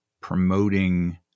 promoting